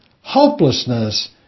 hopelessness